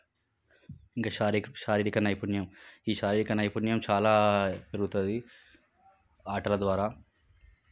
ఇంకా శారీ శారీరక నైపుణ్యం ఈ శారీరక నైపుణ్యం చాలా పెరుగుతుంది ఆటల ద్వారా